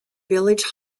village